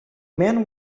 man